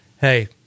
hey